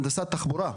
הנדסת תחבורה,